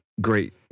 great